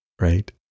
right